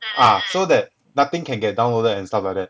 ah so that nothing can get downloaded and stuff like that